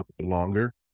Longer